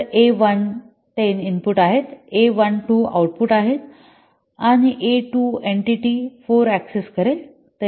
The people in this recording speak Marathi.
तर ए 1 10 इनपुट आहेत ए १ २ आऊटपुट आहेत आणि ए २ एंटीटी 4 ऍक्सेस करेल